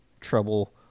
trouble